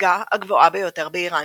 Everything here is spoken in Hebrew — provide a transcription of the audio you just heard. הפסגה הגבוהה ביותר באיראן.